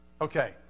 Okay